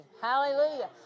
Hallelujah